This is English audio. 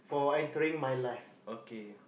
okay